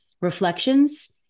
reflections